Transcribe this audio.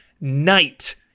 night